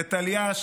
לטליה,